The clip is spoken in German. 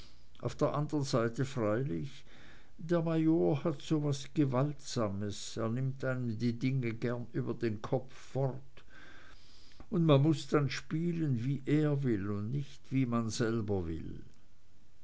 auf der anderen seite freilich der major hat so was gewaltsames er nimmt einem die dinge gern über den kopf fort und man muß dann spielen wie er will und nicht wie man selber will